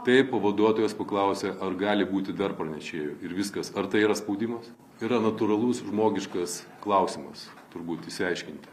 taip pavaduotojas paklausė ar gali būti dar pranešėjų ir viskas ar tai yra spaudimas yra natūralus žmogiškas klausimas turbūt išsiaiškinti